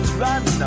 run